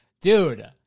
dude